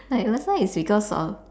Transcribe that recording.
like last time is because of